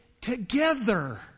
together